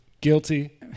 Guilty